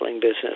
business